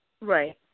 right